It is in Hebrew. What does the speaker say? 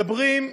מדברים,